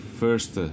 first